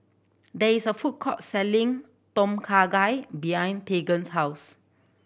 there is a food court selling Tom Kha Gai behind Tegan's house